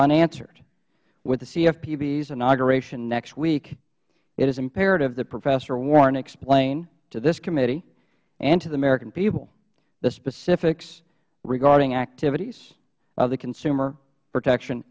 unanswered with the cfpb's inauguration next week it is imperative that professor warren explain to this committee and to the american people the specifics regarding activities of the consumer protection